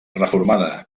reformada